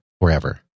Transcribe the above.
forever